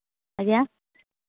ଆଜ୍ଞା